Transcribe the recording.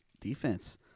defense